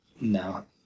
No